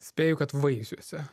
spėju kad vaisiuose